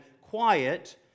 quiet